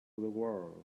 world